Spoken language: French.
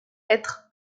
être